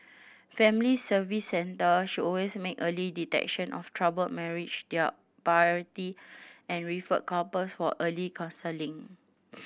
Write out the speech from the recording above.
Family Service Centre should also make early detection of troubled marriage their priority and refer couples for early counselling